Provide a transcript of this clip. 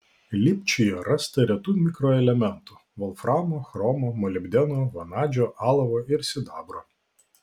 lipčiuje rasta retų mikroelementų volframo chromo molibdeno vanadžio alavo ir sidabro